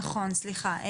נכון, סליחה.